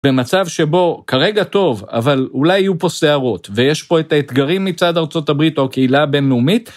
במצב שבו כרגע טוב, אבל אולי יהיו פה סערות, ויש פה את האתגרים מצד ארה״ב או הקהילה הבינלאומית...